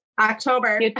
October